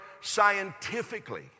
scientifically